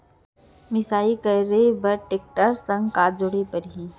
मिसाई करे बर टेकटर संग का जोड़े पड़ही?